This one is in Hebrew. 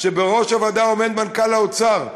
בראש הוועדה עומד מנכ"ל האוצר,